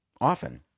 often